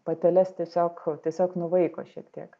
pateles tiesiog tiesiog nuvaiko šiek tiek